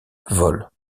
vol